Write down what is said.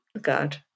God